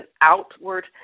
outward